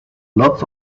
lots